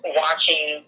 watching